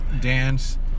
dance